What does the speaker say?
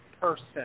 person